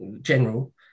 general